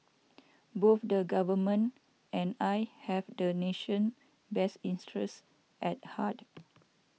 boof the government and I have the nation best interest at heart